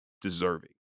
deserving